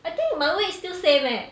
I think my weight is still same eh